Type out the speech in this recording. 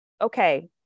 okay